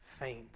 faint